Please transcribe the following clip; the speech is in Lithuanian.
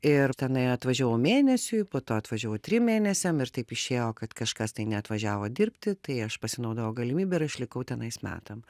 ir tenai atvažiavau mėnesiui po to atvažiavau trim mėnesiam ir taip išėjo kad kažkas tai neatvažiavo dirbti tai aš pasinaudojau galimybe ir aš likau tenais metam